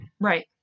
Right